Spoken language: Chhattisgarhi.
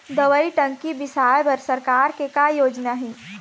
दवई टंकी बिसाए बर सरकार के का योजना हे?